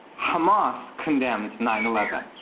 hamas condemned nine eleven.